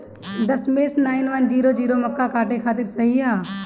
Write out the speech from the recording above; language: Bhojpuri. दशमेश नाइन वन जीरो जीरो मक्का काटे खातिर सही ह?